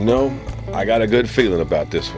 know i got a good feeling about this